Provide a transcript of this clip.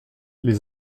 les